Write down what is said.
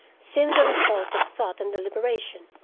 seemed the result of thought and deliberation.